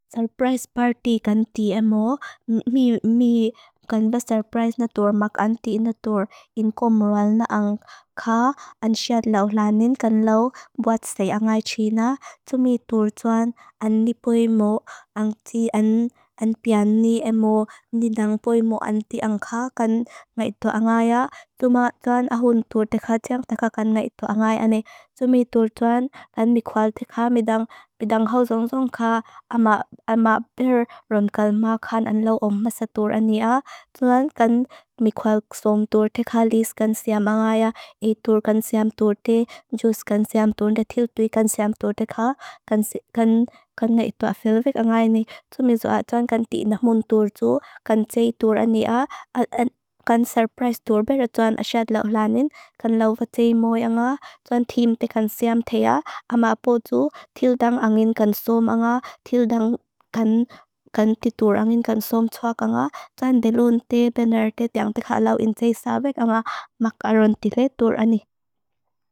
Surprise party kan ti emo. Mi kan ba surprise natur, mak an ti natur. In comoral na ang ka ansiat lawlanin kan law buat say angay China. Tumitur tuan ani poi mo ang ti, an piani emo, nidang poi mo an ti ang ka kan ngay tu angaya. Tumatuan ahun tur dekha jang dekha kan ngay tu angay ani. Tumitur tuan kan mikwal dekha midang, midang haw zong zong ka ama, ama per rong kalmakan an law ong masa tur ani a. Tumitur tuan kan mikwal zong tur dekha lis kan siam angaya, itur kan siam tur de, jus kan siam tur de, til tui kan siam tur de ka. Kan ngay tu afel vek angay ni. Tumitur tuan kan tina hun tur zu, kan tsei tur ani a, kan surprise tur bek ratuan asiat lawlanin, kan law buat say emo angay, tuan timpe kan siam te a, ama apo zu, til dang angin kan som angay, til dang kan titur angin kan som tsua ka angay, tuan delun te, bener te, dekha lawin tsei sabek angay, mak arun tile tur ani.